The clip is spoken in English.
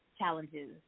challenges